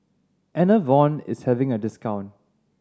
Enervon is having a discount